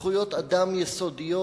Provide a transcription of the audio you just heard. זכויות אדם יסודיות